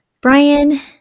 Brian